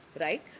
right